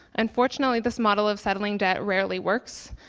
unfortunately, this model of settling debt rarely works.